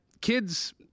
kids